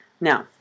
Now